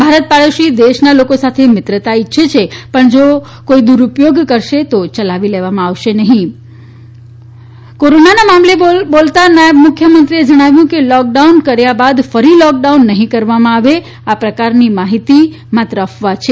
ભારત પાડોશી દેશના લોકો સાથે મિત્રતા ઇચ્છએ છે પણ જો કઇ દુર્પોયગ કરશે તો ચલાવી લેવામાં નહી આવેકોરોના મામલે બોલતા નાયબ મુખ્યમત્રીએ જણાવ્યું હતું કે લોક ડાઉન કર્યા બાદ ફરી લકડાઉન નહી કરવામાં આવે આ પ્રકારની માહિતી અફવા છે